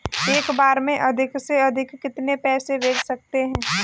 एक बार में अधिक से अधिक कितने पैसे भेज सकते हैं?